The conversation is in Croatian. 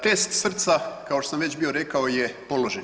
Test srca kao što sam već bio rekao je položaj.